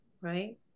right